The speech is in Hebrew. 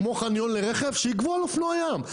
כמו חניון לרכב שיגבו על אופנועי ים.